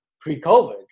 pre-COVID